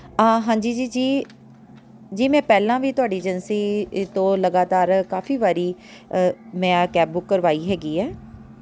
ਹਾਂਜੀ ਜੀ ਜੀ ਜੀ ਮੈਂ ਪਹਿਲਾਂ ਵੀ ਤੁਹਾਡੀ ਏਜੰਸੀ ਤੋਂ ਲਗਾਤਾਰ ਕਾਫੀ ਵਾਰੀ ਮੈਂ ਆਹ ਕੈਬ ਬੁੱਕ ਕਰਵਾਈ ਹੈਗੀ ਐ